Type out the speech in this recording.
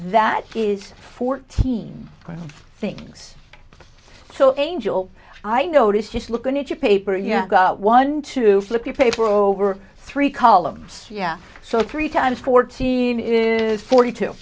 that is fourteen things so angel i notice just looking at your paper yeah i got one to flip the paper over three columns yeah so three times fourteen is forty two